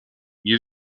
wir